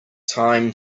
time